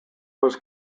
was